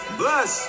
bless